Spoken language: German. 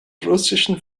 russischen